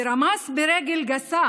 ורמס ברגל גסה,